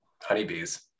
honeybees